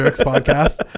podcast